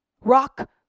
Rock